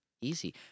easy